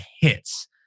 hits